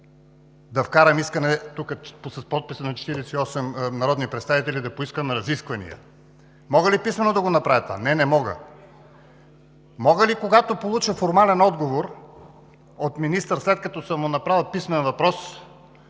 да внеса искане с подписите на 48 народни представители за разисквания?! Мога ли писмено да направя това? Не, не мога. Мога ли, когато получа формален отговор от министър, след като съм му отправил писмен въпрос,